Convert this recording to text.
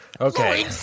Okay